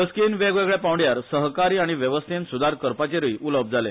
बसकेन वेगवेगळ्या पांवड्यार सहकार्य आनी वेवस्थेन स्दार करपाचेरूय उलोवप जाले